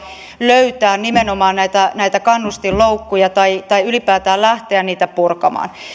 löytää nimenomaan näitä näitä kannustinloukkuja tai tai ylipäätään lähteä niitä purkamaan